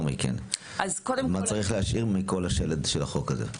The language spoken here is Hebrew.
מה צריך להשאיר מכל השלד של החוק הזה?